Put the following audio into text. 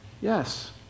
Yes